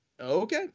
Okay